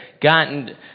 gotten